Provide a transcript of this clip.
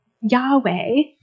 Yahweh